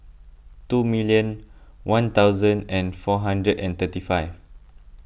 two million one thousand and four hundred and thirty five